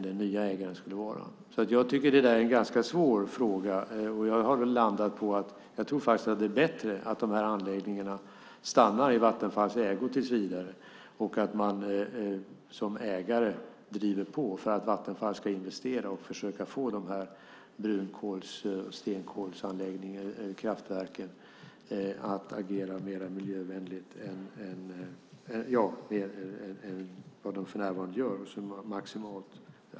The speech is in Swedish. Det är en svår fråga, men jag har landat i att det nog är bättre att dessa anläggningar stannar i Vattenfalls ägo tills vidare och att man som ägare driver på för att Vattenfall ska investera och försöka få kolkraftverken att agera mer miljövänligt än vad de för närvarande gör.